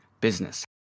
business